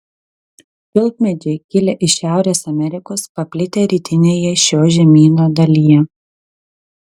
tulpmedžiai kilę iš šiaurės amerikos paplitę rytinėje šio žemyno dalyje